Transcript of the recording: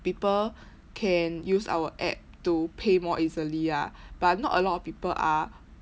people can use our app to pay more easily ah but not a lot of people are